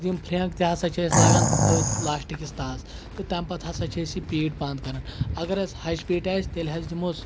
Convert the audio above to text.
یِم فرینٛکہٕ تہِ ہسا چھِ أسۍ لاگان أتھۍ لاسٹہٕ کِس تہس تہٕ تَمہِ پتہٕ ہسا چھِ أسۍ یہِ پیٖٹ بنٛد کران اَگر حظ ہچہِ پیٖٹ آسہِ تیٚلہِ حظ دِمہٕ ہوس